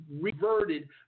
reverted